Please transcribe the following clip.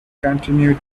continued